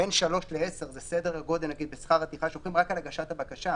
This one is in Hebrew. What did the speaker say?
בין 3 ל-10 זה סדר הגודל שלוקחים כשכר טרחה רק על הגשת הבקשה,